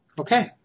Okay